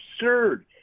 absurd